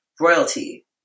royalty